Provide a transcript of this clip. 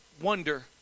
wonder